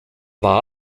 war